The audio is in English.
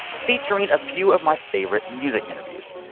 featuring a few of my favorite music interviews.